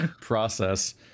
process